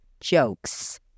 jokes